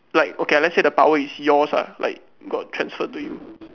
like okay lah let's say the power is yours ah like got transferred to you